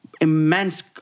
immense